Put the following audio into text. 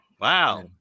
Wow